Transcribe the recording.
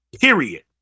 period